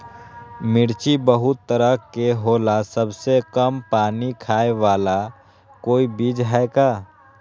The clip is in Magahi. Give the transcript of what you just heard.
मिर्ची बहुत तरह के होला सबसे कम पानी खाए वाला कोई बीज है का?